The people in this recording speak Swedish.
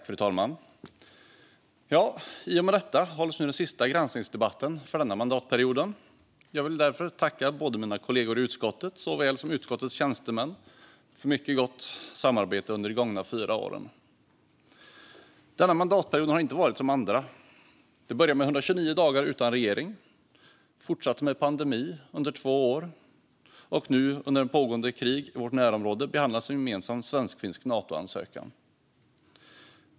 Fru talman! I och med detta hålls den sista granskningsdebatten för denna mandatperiod. Jag vill därför tacka såväl mina kollegor i utskottet som utskottets tjänstemän för mycket gott samarbete under de gångna fyra åren. Denna mandatperiod har inte varit som andra. Den började med 129 dagar utan regering och fortsatte med pandemi under två år, och nu under pågående krig i vårt närområde behandlas en gemensam svensk-finsk Natoansökan.